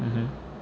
mmhmm